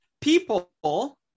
people